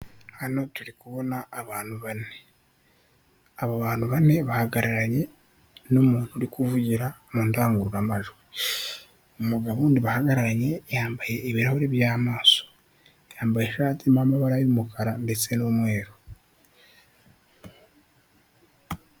Hano turi kubona abantu bane, abo bantu bane bahagararanye n'umuntu uri kuvugira mu ndangururamajwi. Umugabo wundi bahagararanye yambaye ibirahuri by'amaso, yambaye ishati y'amabara y'umukara ndetse n'umweru.